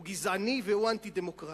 הוא גזעני והוא אנטי-דמוקרטי.